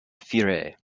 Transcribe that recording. fire